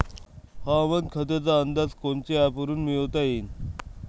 हवामान खात्याचा अंदाज कोनच्या ॲपवरुन मिळवता येईन?